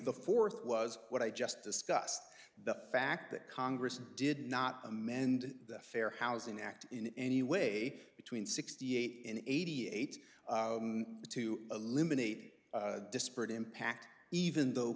the fourth was what i just discussed the fact that congress did not amend the fair housing act in any way between sixty eight and eighty eight to eliminate disparate impact even though